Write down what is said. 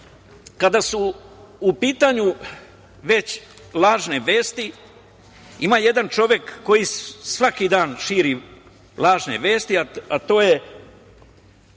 Kada su u pitanju već lažne vesti, ima jedan čovek koji svaki dan širi lažne vesti, a to je,